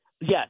yes